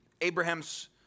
Abraham's